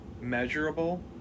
measurable